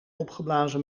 opgeblazen